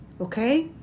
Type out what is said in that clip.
okay